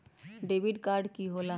Debit card की होला?